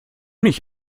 nicht